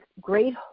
great